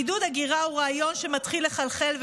עידוד הגירה הוא רעיון שמתחיל לחלחל,